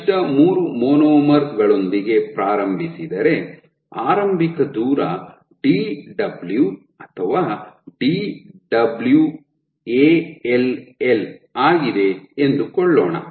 ಕನಿಷ್ಠ ಮೂರು ಮೊನೊಮರ್ ಗಳೊಂದಿಗೆ ಪ್ರಾರಂಭಿಸಿದರೆ ಆರಂಭಿಕ ದೂರ ಡಿ ಡಬ್ಲ್ಯೂ ಅಥವಾ ಡಿ ಡಬ್ಲ್ಯೂ ಆಲ್ ಆಗಿದೆ ಎಂದುಕೊಳ್ಳೋಣ